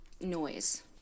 noise